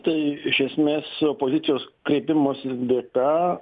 tai iš esmės opozicijos kreipimosi dėka